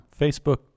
Facebook